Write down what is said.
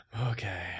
Okay